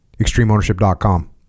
extremeownership.com